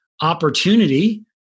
opportunity